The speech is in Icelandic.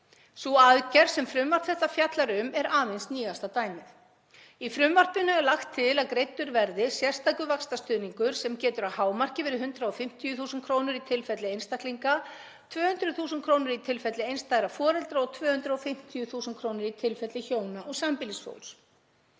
Sú aðgerð sem frumvarp þetta fjallar um er aðeins nýjasta dæmið. Í frumvarpinu er lagt til að greiddur verði sérstakur vaxtastuðningur sem getur að hámarki verið 150.000 kr. í tilfelli einstaklinga, 200.000 kr. í tilfelli einstæðra foreldra og 250.000 kr. í tilfelli hjóna og sambýlisfólks.